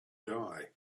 die